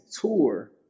tour